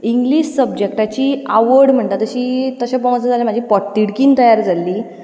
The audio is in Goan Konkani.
इंग्लीश सब्जेक्टाची आवड म्हणटा तशी तशें पळोवूंक वचत जाल्यार म्हजे पोटतिडकीन तयार जाल्ली